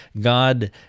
God